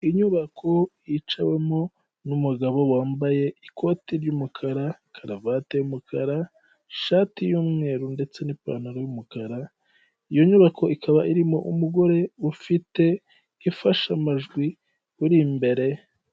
Inyubako yicawemo n'umugabo wambaye ikoti ry'umukara karuvati y'umukara ishati y'umweru ndetse n'ipantaro y'umukara, iyo nyubako ikaba irimo umugore ufite ifasha amajwi uri imbere.